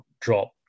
drop